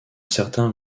certain